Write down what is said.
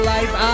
Life